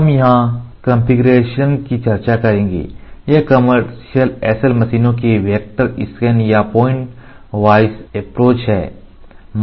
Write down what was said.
हम यहां जिस कॉन्फ़िगरेशन की चर्चा करेंगे वह कमर्शियल SL मशीनों के वेक्टर स्कैन या पॉइंट वॉइस अप्रोच हैं